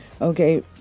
Okay